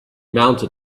mounted